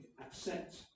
accept